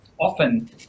often